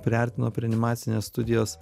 priartino prie animacinės studijos